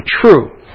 true